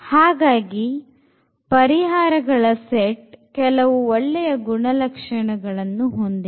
ಹಾಗಾಗಿ ಪರಿಹಾರಗಳ set ಕೆಲವು ಒಳ್ಳೆಯ ಗುಣ ಲಕ್ಷಣಗಳನ್ನು ಹೊಂದಿದೆ